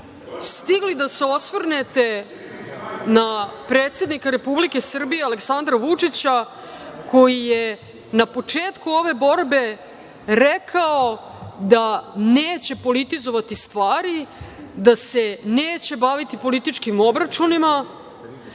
stigli da se osvrnete na predsednika Republike Srbije, Aleksandra Vučića, koji je na početku ove borbe rekao da neće politizovati stvari, da se neće baviti političkim obračunima,